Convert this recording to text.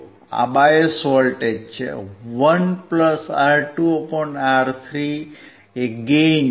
આ bias voltage છે 1 R2R3 gain છે